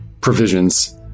provisions